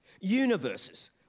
universes